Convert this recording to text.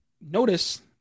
Notice